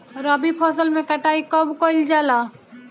रबी फसल मे कटाई कब कइल जाला?